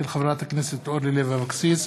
מאת חברת הכנסת אורלי לוי אבקסיס,